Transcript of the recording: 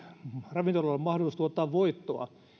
ravintoloilla mahdollisuus tuottaa voittoa